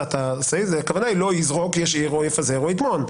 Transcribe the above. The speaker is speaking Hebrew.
הכוונה היא שלא יזרוק, יפזר או יטמון.